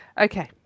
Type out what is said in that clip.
okay